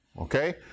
okay